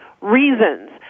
reasons